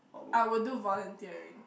I would do volunteering